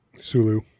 Sulu